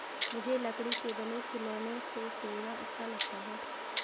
मुझे लकड़ी के बने खिलौनों से खेलना अच्छा लगता है